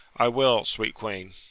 i will, sweet queen.